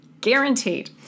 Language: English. guaranteed